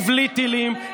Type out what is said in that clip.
ובלי טילים,